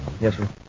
Yes